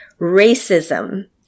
racism